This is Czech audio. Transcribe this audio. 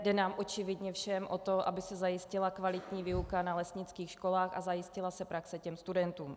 Jde nám očividně všem o to, aby se zajistila kvalitní výuka na lesnických školách a zajistila se praxe studentům.